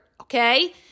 Okay